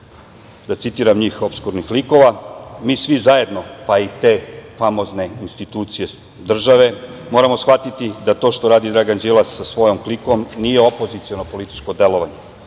da citiram njih, opskurnih likova. Mi svi zajedno, pa i te famozne institucije države moramo shvatiti da to što radi Dragan Đilas sa svojom klikom nije opoziciono političko delovanje,